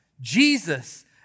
Jesus